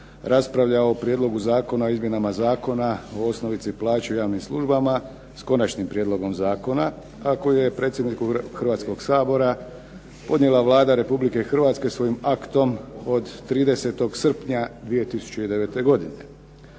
raspravljao o Prijedlogu zakona o izmjenama Zakona o osnovici plaća u javnim službama s Konačnim prijedlogom zakona, a koju je predsjedniku Hrvatskog sabora podnijela Vlada Republike Hrvatske svojim aktom od 30. srpnja 2009. godine.